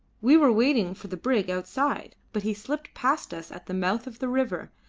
we were waiting for the brig outside, but he slipped past us at the mouth of the river,